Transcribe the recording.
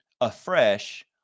afresh